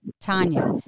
Tanya